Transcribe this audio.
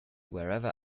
wherever